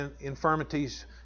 infirmities